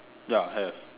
ya have